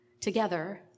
together